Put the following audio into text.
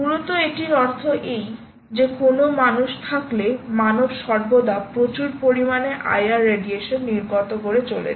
মূলত এটির অর্থ এই যে কোনও মানুষ থাকলে মানব সর্বদা প্রচুর পরিমাণে আইআর রেডিয়েশন নির্গত করে চলেছে